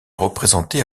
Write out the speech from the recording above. représenté